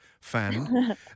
fan